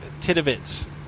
Titovitz